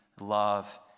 love